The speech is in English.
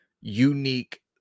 unique